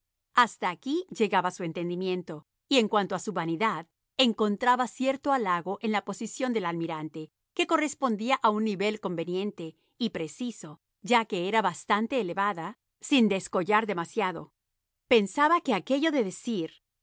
hasta aquí llegaba su entendimiento y en cuanto a su vanidad encontraba cierto halago en la posición del almirante que correspondía a un nivel conveniente y preciso ya que era bastante elevada sin descollar demasiado pensaba que aquello de decir